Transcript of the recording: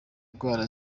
indwara